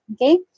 okay